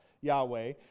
Yahweh